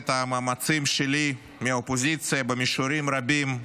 המאמצים שלי מהאופוזיציה במישורים רבים,